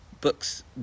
books